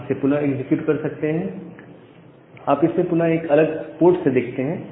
आप इसे पुनः एग्जीक्यूट कर सकते हैं आप इसे पुनः एक अलग पोर्ट से देखते हैं